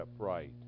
upright